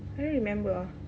I don't remember ah